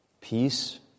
peace